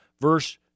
verse